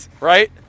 right